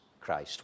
christ